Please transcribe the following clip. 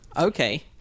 okay